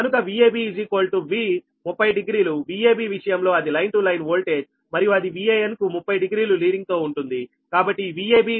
కనుక Vab V∟30 డిగ్రీలుVab విషయంలో అది లైన్ టు లైన్ ఓల్టేజ్ మరియు అది Van కు 30 డిగ్రీలు లీడింగ్ తో ఉంటుంది